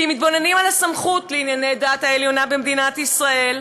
כי אנו מתבוננים על הסמכות העליונה לענייני דת במדינת ישראל,